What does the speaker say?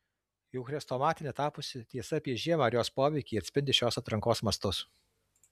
jau chrestomatine tapusi tiesa apie žiemą ir jos poveikį atspindi šios atrankos mastus